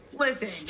listen